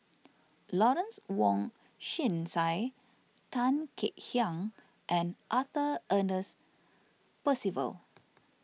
Lawrence Wong Shyun Tsai Tan Kek Hiang and Arthur Ernest Percival